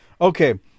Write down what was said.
okay